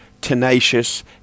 tenacious